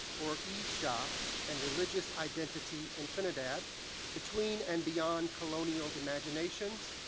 orisha, and religious identity in trinidad between and beyond colonial imaginations,